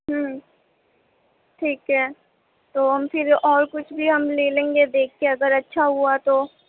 ٹھیک ہے تو ہم پھر اور کچھ بھی ہم لے لیں گے دیکھ کے اگر اچھا ہُوا تو